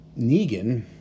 Negan